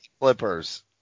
Clippers